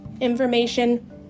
information